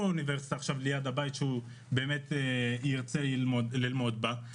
אוניברסיטה ליד הבית שהוא ירצה ללמוד בה,